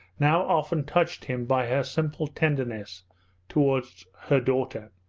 now often touched him by her simple tenderness towards her daughter.